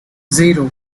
zero